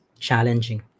challenging